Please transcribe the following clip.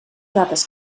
dades